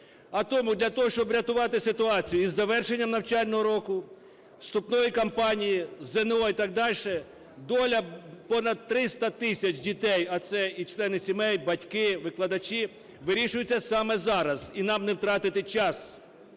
того, щоб врятувати ситуацію із завершенням навчального року, вступної кампанії, ЗНО і так далі, доля понад 300 тисяч дітей, а це і члени сімей, батьки, викладачі, вирішується саме зараз, і нам не втратити час.